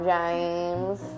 James